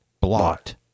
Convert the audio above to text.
Blot